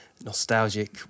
nostalgic